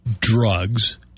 drugs